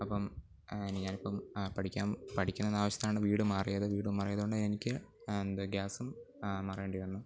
അപ്പം ഞാൻ ഇപ്പം പഠിക്കാൻ പഠിക്കുന്നതിന് ആവിശ്യത്തിനാണ് വീട് മാറിയത് വീട് മാറിയത് കൊണ്ട് എനിക്ക് എന്താണ് ഗ്യാസും മാറേണ്ടി വന്നു